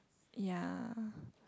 ya